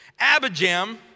Abijam